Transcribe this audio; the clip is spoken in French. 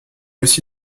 aussi